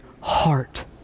heart